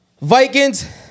Vikings